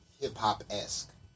hip-hop-esque